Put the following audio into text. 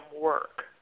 work